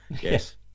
Yes